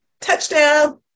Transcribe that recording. Touchdown